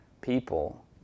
people